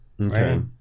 Okay